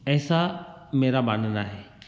ऐसा मेरा मानना है